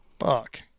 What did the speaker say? fuck